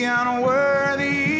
unworthy